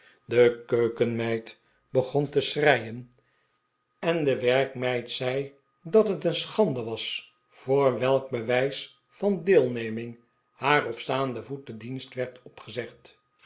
de keukenmeid begon te schreien en de werkmeid zei dat het een schande was voor welk bewijs van deelneming haar op staanden voet de dienst werd opgezegd